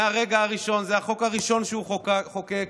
מהרגע הראשון זה החוק הראשון שהוא חוקק,